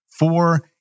Four